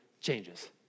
changes